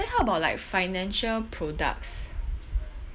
then how about like financial products